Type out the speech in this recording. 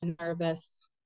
nervous